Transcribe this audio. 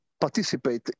participate